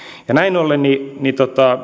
näin ollen